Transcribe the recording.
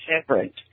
separate